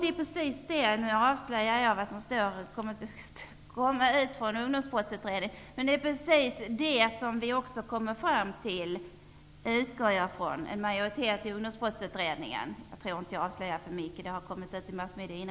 Med det som jag nu säger avslöjar jag vad som kommer att föreslås av majoriteten i ungdomsbrottsutredningens betänkande, men jag tror ändå inte att jag avslöjar för mycket, eftersom det redan har kommit ut i massmedierna.